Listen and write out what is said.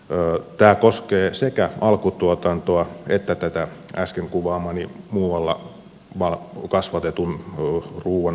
tämä koskee sekä alkutuotantoa että tätä äsken kuvaamaani muualla kasvatetun ruuan käsittelyä